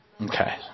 Okay